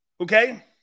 Okay